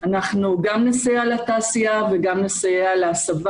אנחנו גם נסייע לתעשייה וגם נסייע להסבה